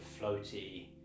floaty